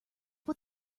what